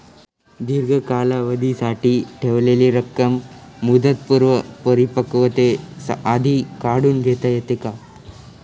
दीर्घ कालावधीसाठी ठेवलेली रक्कम मुदतपूर्व परिपक्वतेआधी काढून घेता येते का?